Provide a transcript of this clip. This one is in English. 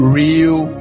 real